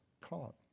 caught